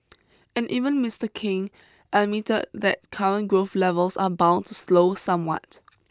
and even Mister King admitted that current growth levels are bound to slow somewhat